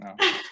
No